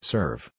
Serve